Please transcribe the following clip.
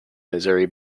missouri